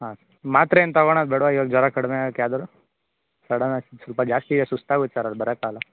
ಹಾಂ ಸರ್ ಮಾತ್ರೆ ಏನೂ ತೊಗೊಳೋದು ಬೇಡವಾ ಇವಾಗ ಜ್ವರ ಕಡಿಮೆ ಆಗಕ್ಕೆ ಯಾವ್ದಾದ್ರು ಸಡನ್ನಾಗಿ ಸ್ವಲ್ಪ ಜಾಸ್ತಿಯೇ ಸುಸ್ತಾಗತ್ತೆ ಸರ್ ಅಲ್ಲಿ ಬರೋಕ್ಕಾಗಲ್ಲ